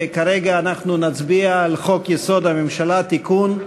כרגע אנחנו נצביע על חוק-יסוד: הממשלה (תיקון),